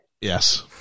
Yes